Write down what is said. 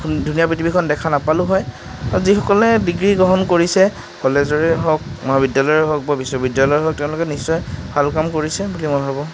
ধুনীয়া পৃথিৱীখন দেখা নাপালো হয় আৰু যিসকলে ডিগ্ৰী গ্ৰহণ কৰিছে কলেজৰে হওক মহাবিদ্যালয়ৰে হওক বা বিশ্ববিদ্যালয়ৰে হওক তেওঁলোকে নিশ্চয় ভাল কাম কৰিছে বুলি মই ভাবোঁ